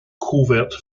covert